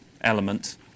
element